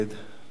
מי נמנע?